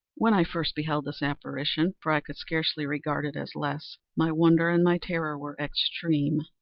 when i first beheld this apparition for i could scarcely regard it as less my wonder and my terror were extreme.